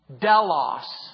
Delos